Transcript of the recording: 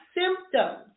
symptoms